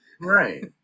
Right